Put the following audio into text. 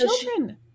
children